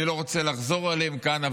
אני לא רוצה לחזור עליהם כאן,